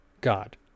God